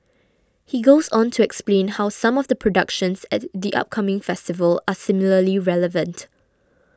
he goes on to explain how some of the productions at the upcoming festival are similarly relevant